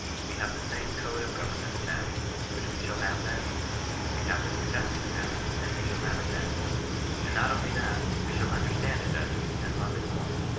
we have the same code of government now which we shall have then we have the new testament now, and we shall have it then and not only that, we shall under stand it better and love it more.